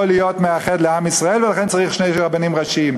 להיות מאחד לעם ישראל ולכן צריך שני רבנים ראשיים.